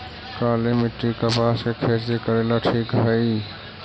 काली मिट्टी, कपास के खेती करेला ठिक हइ?